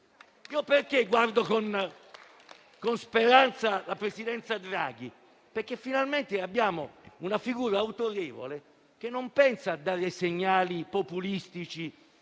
Perché guardo con speranza alla Presidenza Draghi? Perché finalmente abbiamo una figura autorevole, che non pensa a dare segnali populistici,